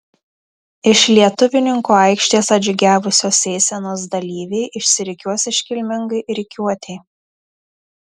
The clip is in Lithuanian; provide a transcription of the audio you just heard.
iš lietuvininkų aikštės atžygiavusios eisenos dalyviai išsirikiuos iškilmingai rikiuotei